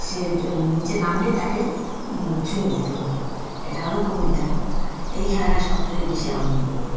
সে যো নিচে নামলেই তাকে ছুঁয়ে দিতে হতো এটা হলো কুমির ডাঙা এই খেলাটা সব থেকে বেশি আনন্দ হতো